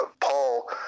Paul